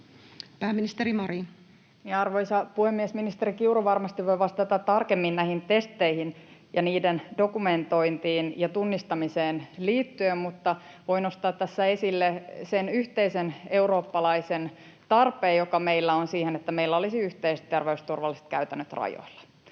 Pääministeri Marin. Arvoisa puhemies! Ministeri Kiuru varmasti voi vastata tarkemmin näihin testeihin ja niiden dokumentointiin ja tunnistamiseen liittyen. Mutta voin nostaa tässä esille sen yhteisen eurooppalaisen tarpeen, joka meillä on siinä, että meillä olisi yhteiset terveysturvalliset käytännöt rajoilla.